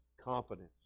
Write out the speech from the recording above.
confidence